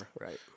right